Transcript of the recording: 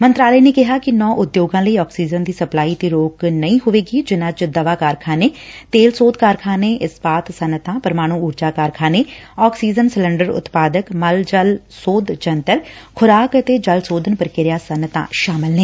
ਮੰਤਰਾਲੇ ਨੇ ਕਿਹੈ ਕਿ ਨੌ ਉਦਯੋਗਾਂ ਲਈ ਅਕਸੀਜਨ ਦੀ ਸਪਲਾਈ ਤੇ ਰੋਕ ਨਹੀ ਹੋਵੇਗੀ ਜਿਨਾਂ ਵਿਚ ਦਵਾ ਕਾਰਖਾਨੇ ਤੇਲ ਸੋਧ ਕਾਰਖਾਨੇ ਇਸਪਾਤ ਸੱਨਅਤਾਂ ਪ੍ਰਮਾਣੁ ਉਰਜਾ ਕਾਰਖਾਨੇ ਆਕਸੀਜਨ ਸਿਲੰਡਰ ਉਤਪਾਦਕ ਮੱਲ ਜਲ ਸੋਧ ਜੰਤਰ ਖੁਰਾਕ ਅਤੇ ਜਲ ਸੋਧਨ ਪ੍ਰਕਿਰਿਆ ਸੱਨਅਤਾ ਸ਼ਾਮਲ ਨੇ